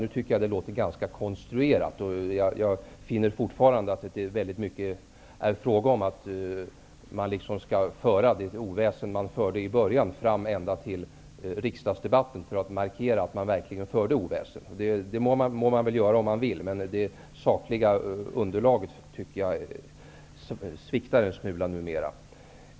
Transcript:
Jag tycker att det låter ganska konstruerat. Det är fortfarande fråga om att föra det oväsen man förde från början, ända fram till riksdagsdebatten för att markera att man verkligen fört oväsen. Det må man väl göra om man vill, men det sakliga underlaget sviktar en smula numera.